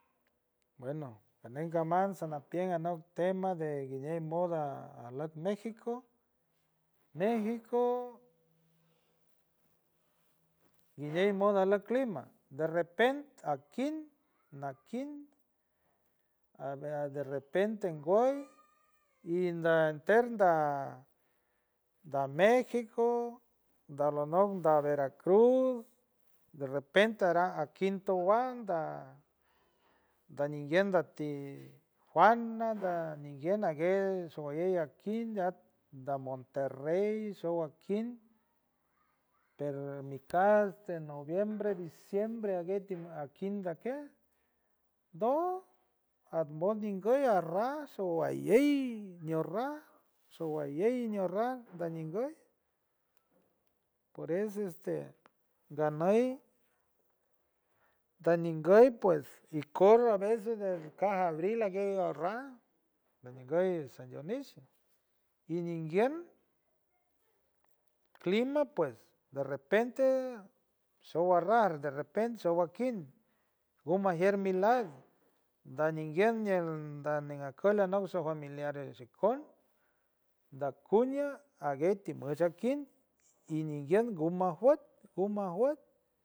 Bueno caney caman samapient anop teman de guiñej moda look méxico méxico guiñej moda look clima de repent aquin, naquint a de repente ngoy indanterda da méxico da lo nock na veracruz de repente arak aquint towa da dañinguy da ti juana da dañinguy aguey shoayey akits endea na monterrey shoaquint perni kats este noviembre, diciembre aguey tiwiakits endaque do atmoy nguy arrash shoayey ñorray, shoayey ñorraj da ñinguy por eso este ganuy ta ninguy pues ikoort a veces de su caja li aguey orraj nguy san dionisio y ninguiel clima pues derrepente sharraj derrepente shoaquint gumajier mi lat diañinguy ñiel da ñi la koy shoaj familiar xikoon da cuña aguey timo ashi akind y nguy guma ajiot guma ajot.